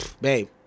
babe